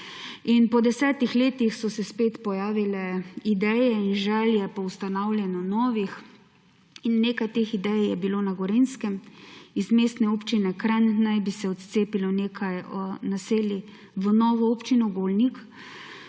Po 10 letih so se spet pojavile ideje in želje po ustanavljanju novih, in nekaj teh idej je bilo na Gorenjskem. Iz Mestne občine Kranj naj bi se odcepilo nekaj naselij v novo občino Golnik,